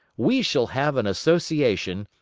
we shall have an association,